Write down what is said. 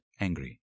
angry